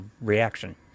reaction